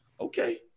Okay